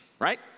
right